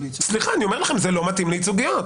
סליחה, אני אומר לכם, זה לא מתאים לייצוגיות.